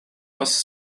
bus